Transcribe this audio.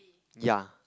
ya